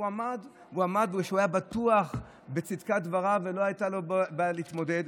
הוא עמד מפני שהוא היה בטוח בצדקת דבריו ולא הייתה לו בעיה להתמודד.